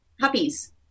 Puppies